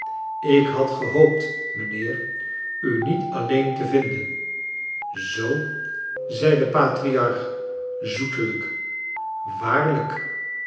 ik had gehoopt mynheer u niet alleen te vinden zoo zei de patriarch zoetelijk waarlijk